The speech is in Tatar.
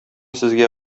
сезгә